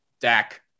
dak